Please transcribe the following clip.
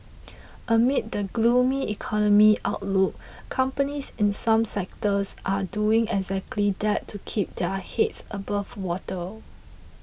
amid the gloomy economy outlook companies in some sectors are doing exactly that to keep their heads above water